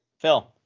Phil